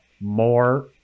more